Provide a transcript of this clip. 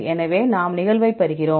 எனவே நாம் நிகழ்வைப் பெறுகிறோம்